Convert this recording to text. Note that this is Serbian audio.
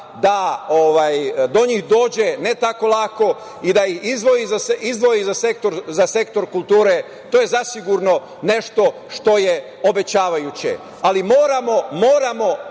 da do njih dođe ne tako lako i da izdvoji za sektor kulture, to je zasigurno nešto što je obećavajuće. Dakle, moramo